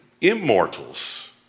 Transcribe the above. immortals